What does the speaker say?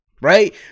right